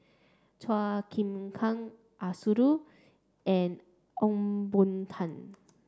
Chua Chim Kang Arasu and Ong Boon Tat